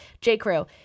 J.Crew